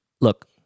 Look